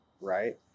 right